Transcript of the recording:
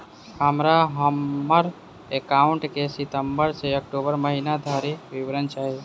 हमरा हम्मर एकाउंट केँ सितम्बर सँ अक्टूबर महीना धरि विवरण चाहि?